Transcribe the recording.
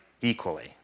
equally